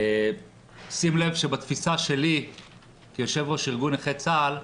שים לב שבתפיסה שלי כיו"ר ארגון נכי צה"ל,